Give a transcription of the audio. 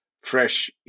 fresh